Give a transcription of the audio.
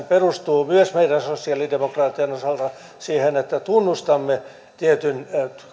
perustuu myös meidän sosiaalidemokraattien osalta siihen että tunnustamme tietyn